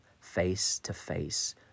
face-to-face